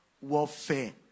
warfare